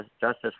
justice